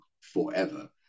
forever